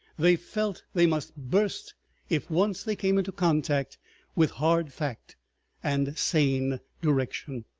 they felt they must burst if once they came into contact with hard fact and sane direction.